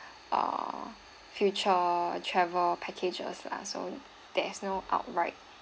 uh future travel packages uh so there is no outright